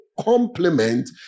complement